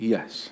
Yes